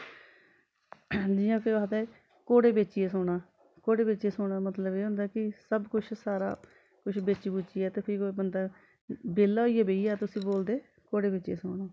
जि'यां के आखदे घोड़े बेचियै सौना घोड़े बेचियै सौने दा मतलव एह् होंदा कि सब कुश सारा कुश बेची बूचियै ते बंदा बेह्ला होईयै बेही जा ते उस्सी बोलदे घोड़े बेचियै सौना